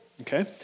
Okay